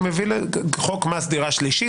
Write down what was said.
חוק מס דירה שלישית,